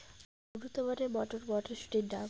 উন্নত মানের মটর মটরশুটির নাম?